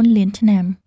៩ លានឆ្នាំ"។